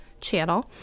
channel